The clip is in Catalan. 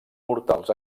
mortals